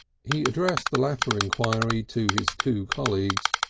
he addressed the latter enquiry to his two colleagues.